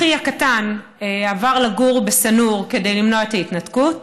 אחי הקטן עבר לגור בשא-נור כדי למנוע את ההתנתקות,